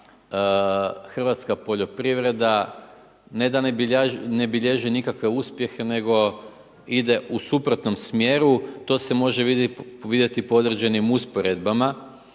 hrvatska poljoprivreda ne da ne bilježi nikakve uspjehe nego ide u suprotnom smjeru, to se može vidjeti po određenim usporedbama,